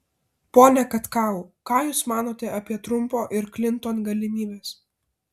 pone katkau ką jūs manote apie trumpo ir klinton galimybes